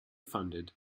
funded